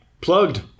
Plugged